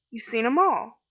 you've seen em all.